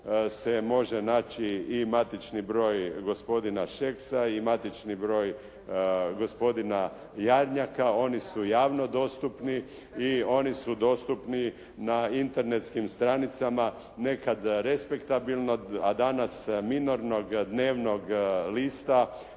se može naći i matični broj gospodina Šeksa i matični broj gospodina Jarnjaka. Oni su javno dostupni i oni su dostupni na internetskim stranicama nekad respektabilnog, a danas minornog dnevnog lista